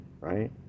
right